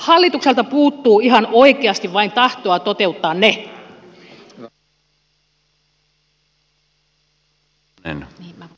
hallitukselta puuttuu ihan oikeasti vain tahtoa toteuttaa ne